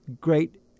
great